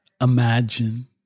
imagine